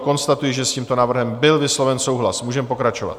Konstatuji, že s tímto návrhem byl vysloven souhlas, můžeme pokračovat.